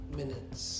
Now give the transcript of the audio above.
minutes